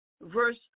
verse